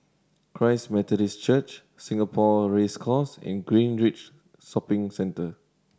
Christ Methodist Church Singapore Race Course and Greenridge Shopping Centre